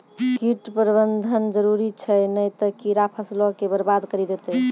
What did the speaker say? कीट प्रबंधन जरुरी छै नै त कीड़ा फसलो के बरबाद करि देतै